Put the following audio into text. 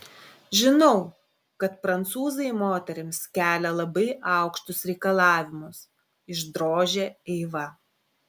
žinau kad prancūzai moterims kelia labai aukštus reikalavimus išdrožė eiva